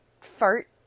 fart